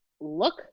look